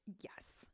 Yes